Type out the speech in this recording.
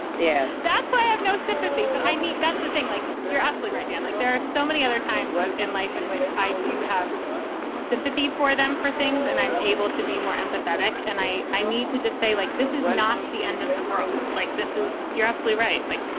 yeah that's why i have no sympathy. but i mean, that's the thing. like, you're absolutely right, dan like, there are so many other times in life in which i do have sympathy for them for things, and i'm able to be more empathetic. and i i need to just say, like, this is not the end of the world like this is. you're absolutely right. like,